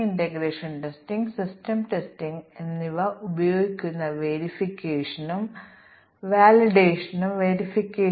തുടർന്ന് ഞങ്ങൾ root level module പൂർത്തിയാക്കുന്നതുവരെ അടുത്ത ഉയർന്ന ലെവൽ മൊഡ്യൂൾ സംയോജിപ്പിക്കുന്നു